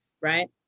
right